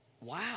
wow